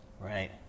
Right